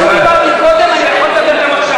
מה שדיברתי קודם אני יכול לדבר גם עכשיו.